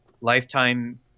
lifetime